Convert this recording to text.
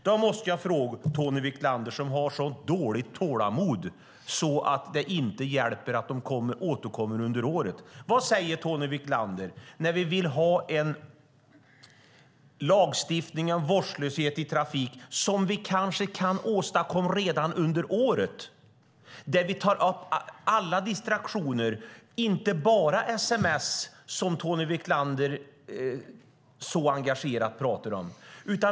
Då måste jag fråga Tony Wiklander, som har så dåligt tålamod att det inte hjälper att regeringen återkommer under året: Vad säger Tony Wiklander när vi vill ha en lagstiftning om vårdslöshet i trafik som vi kanske kan åstadkomma redan under året och där vi inkluderar alla distraktioner, inte bara sms, som Tony Wiklander så engagerat pratar om?